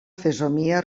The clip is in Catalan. fesomia